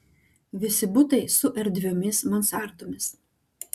visi butai su erdviomis mansardomis